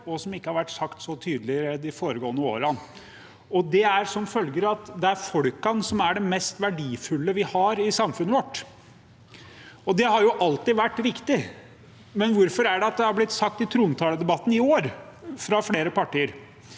og som ikke har vært sagt så tydelig i de foregående årene. Det er følgende: Det er folkene som er det mest verdifulle vi har i samfunnet vårt. Det har jo alltid vært viktig, men hvorfor har det blitt sagt fra flere partier i trontaledebatten i år? Det henger